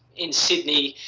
in sydney,